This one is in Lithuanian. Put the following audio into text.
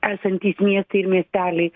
esantys miestai ir miesteliai